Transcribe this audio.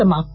समाप्त